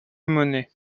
monnaie